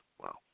wow